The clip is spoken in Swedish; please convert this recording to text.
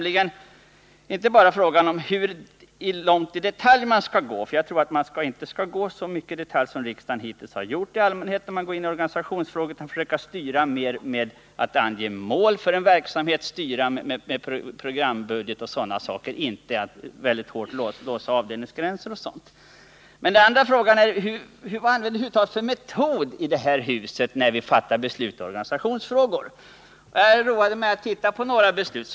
Det är inte bara fråga om hur långt man skall gå i detalj: jag tror att man inte skall göra det så mycket som riksdagen hittills har gjort i allmänhet utan försöka styra mer genom att ange mål för en verksamhet, med programbudeget osv. i stället för att hårt låsa avdelningsgränser etc. Vad använder vi då över huvud taget för metod här i huset när vi fattar beslut i organisationsfrågor? Jag roade mig med att se på några beslut.